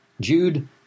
Jude